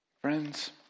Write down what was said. Friends